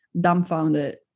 dumbfounded